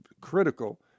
critical